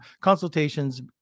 Consultations